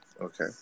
Okay